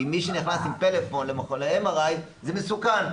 כי מי שנכנס עם פלאפון למכוני MRI, זה מסוכן.